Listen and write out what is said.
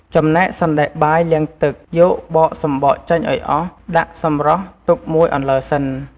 ចំណែកសណ្ដែកបាយលាងទឹក យកបកសម្បកចេញឱ្យអស់ ដាក់សម្រស់ទុកមួយអន្លើសិន ។